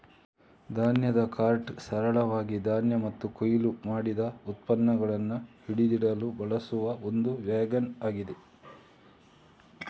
ಧಾನ್ಯದ ಕಾರ್ಟ್ ಸರಳವಾಗಿ ಧಾನ್ಯ ಮತ್ತು ಕೊಯ್ಲು ಮಾಡಿದ ಉತ್ಪನ್ನಗಳನ್ನ ಹಿಡಿದಿಡಲು ಬಳಸುವ ಒಂದು ವ್ಯಾಗನ್ ಆಗಿದೆ